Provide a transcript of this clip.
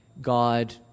God